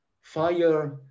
fire